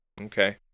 Okay